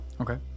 Okay